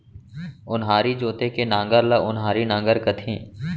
ओन्हारी जोते के नांगर ल ओन्हारी नांगर कथें